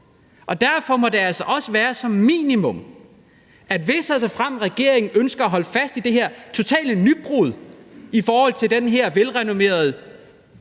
Derfor må det altså også være et minimum, at hvis og såfremt regeringen ønsker at holde fast i det her totale nybrud i forhold til den her velrenommerede